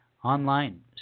online